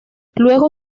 luego